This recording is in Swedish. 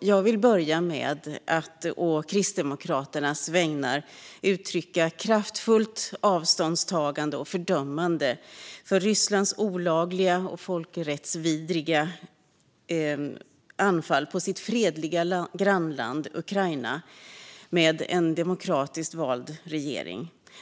Jag vill börja med att å Kristdemokraternas vägnar uttrycka kraftfullt avståndstagande från och fördömande av Rysslands olagliga och folkrättsvidriga anfall på sitt fredliga grannland Ukraina, med en demokratiskt vald regering.